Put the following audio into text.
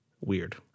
weird